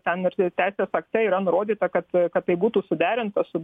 ten ir teisės akte yra nurodyta kad kad tai būtų suderinta su